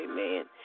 Amen